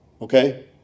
Okay